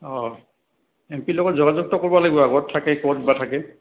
অঁ এম পি লগত যোগাযোগটো কৰিব লাগিব আগত থাকে ক'ত বা থাকে